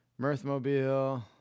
Mirthmobile